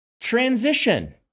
transition